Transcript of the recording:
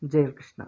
Jayakrishna